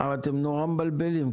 אבל אתם נורא מבלבלים,